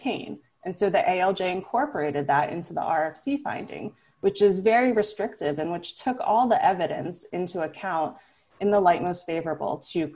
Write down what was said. cane and so the a l j incorporated that into the r c finding which is very restrictive and which took all the evidence into account in the light most favorable to